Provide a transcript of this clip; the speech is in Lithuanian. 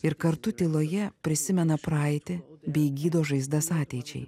ir kartu tyloje prisimena praeitį bei gydo žaizdas ateičiai